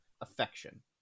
affection